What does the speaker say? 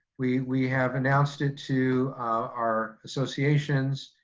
we we have announced it to our associations,